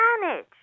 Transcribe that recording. manage